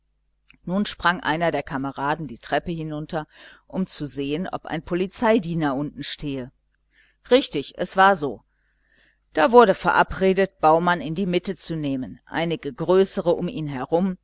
nun sprang einer der kameraden die treppe hinunter um zu sehen ob ein polizeidiener unten stehe richtig war es so da wurde verabredet baumann in die mitte zu nehmen einige größere um ihn herum